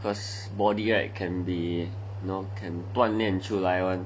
cause body right can be you know can 锻炼出来的